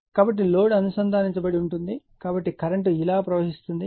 కాబట్టి లోడ్ అనుసంధానించబడి ఉంటుంది కాబట్టి కరెంట్ ఇలా ప్రవహిస్తుంది